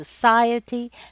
society